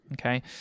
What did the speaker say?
Okay